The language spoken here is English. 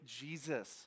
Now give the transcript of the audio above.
Jesus